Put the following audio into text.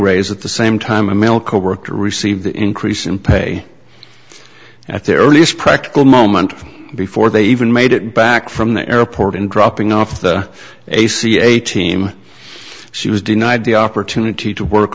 raise at the same time a male coworker received the increase in pay at the earliest practical moment before they even made it back from the airport and dropping off the a c a team she was denied the opportunity to work